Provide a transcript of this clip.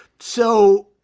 so